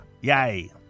Yay